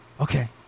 Okay